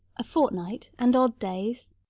a fortnight and odd days.